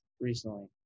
recently